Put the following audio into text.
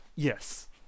Yes